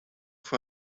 for